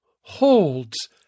holds